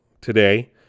today